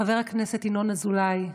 חבר הכנסת ינון אזולאי,